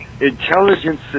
Intelligence